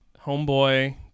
homeboy